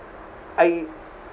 I